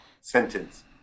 sentence